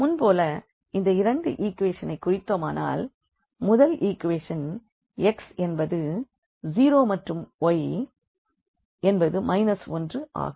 முன் போல் இந்த இரண்டு ஈக்வேஷன் ஐ குறித்தோமானால் முதல் ஈக்வேஷன் ல் x என்பது 0 மற்றும் y என்பது 1 ஆகும்